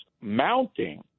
mounting